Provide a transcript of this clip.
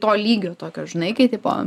to lygio tokio žinai kai tipo